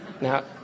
Now